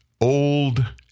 Old